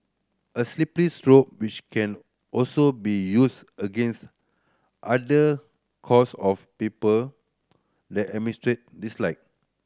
a slippery slope which can also be used against other cause of people the dislike